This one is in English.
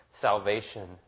salvation